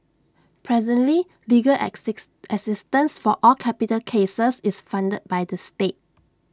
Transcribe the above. presently legal access assistance for all capital cases is funded by the state